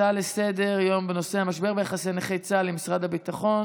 נעבור להצעות לסדר-היום בנושא: המשבר ביחסי נכי צה"ל עם משרד הביטחון,